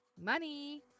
money